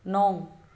नौ